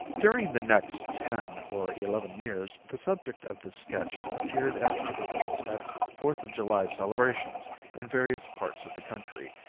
during the next ten or eleven years the subject of this sketch appeared at intervals at fourth-of-july celebrations in various parts of the country,